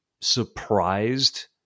surprised